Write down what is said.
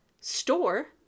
store